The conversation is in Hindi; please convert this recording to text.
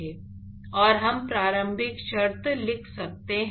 और हम प्रारंभिक शर्त लिख सकते हैं